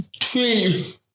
Three